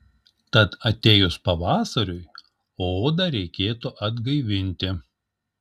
tad atėjus pavasariui odą reikėtų atgaivinti